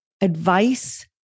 advice